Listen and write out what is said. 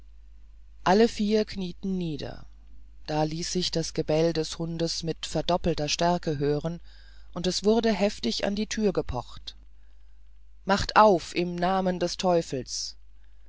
alle vier knieten nieder da ließ sich das gebell des hundes mit verdoppelter stärke hören und es wurde heftig an die thür gepocht macht auf im namen des teufels